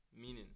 meaning